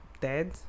dead